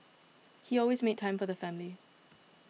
he always made time for the family